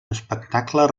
espectacles